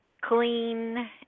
clean